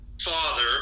father